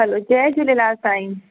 hello जय झूलेलाल साईं